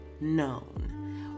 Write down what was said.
known